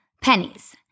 Pennies